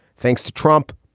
thanks to trump,